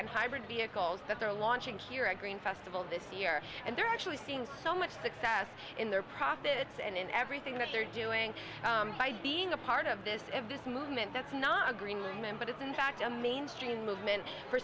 and hybrid vehicles that they're launching here at green festival this year and they're actually seeing so much success in their profits and everything that they're doing by being a part of this and this movement that's not a green women but it's in fact a mainstream movement for